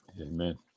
amen